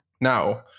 Now